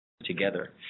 together